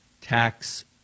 tax